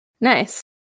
Nice